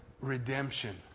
redemption